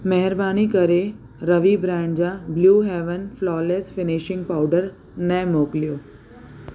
महिरबानी करे रवी ब्रांड जा blue heaven flawless finishing powder न मोकिलियो